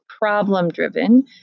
problem-driven